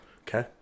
okay